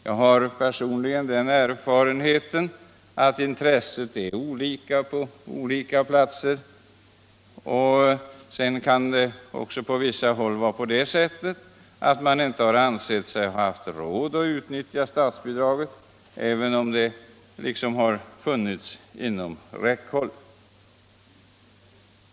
Jag har personligen den erfarenheten att intresset är olika på olika platser, och sedan kan det också på vissa håll vara så att man inte ansett sig ha råd att utnyttja statsbidraget, även om det liksom har funnits inom räckhåll.